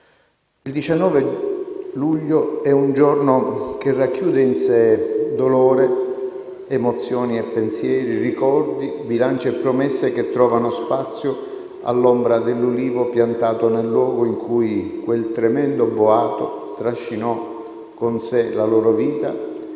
Il 19 luglio è un giorno che racchiude in sé dolore, emozioni, pensieri, ricordi, bilanci e promesse che trovano spazio all'ombra dell'ulivo piantato nel luogo in cui quel tremendo boato trascinò con sé la loro vita